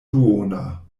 duona